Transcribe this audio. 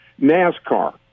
NASCAR